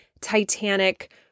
Titanic